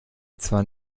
zwar